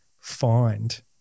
find